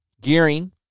gearing